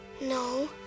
no